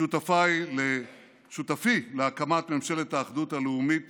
שותפי להקמת ממשלת האחדות הלאומית